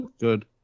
Good